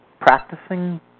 practicing